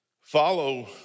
Follow